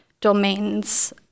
domains